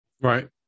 Right